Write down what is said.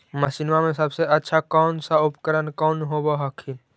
मसिनमा मे सबसे अच्छा कौन सा उपकरण कौन होब हखिन?